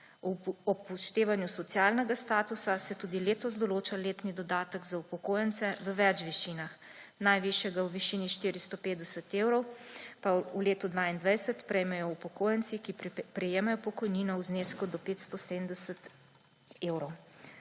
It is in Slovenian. Ob upoštevanju socialnega statusa se tudi letos določa letni dodatek za upokojence v več višinah, najvišjega v višini 450 pa v letu 2022 prejmejo upokojenci, ki prejemajo pokojnino v znesku do 570 evrov.